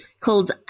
called